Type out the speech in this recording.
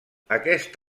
aquest